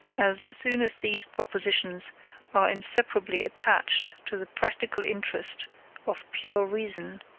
as soon as these propositions are inseparably attached to the practical interest of pure reason,